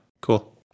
Cool